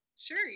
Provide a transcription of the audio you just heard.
Sure